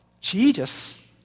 Jesus